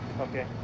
Okay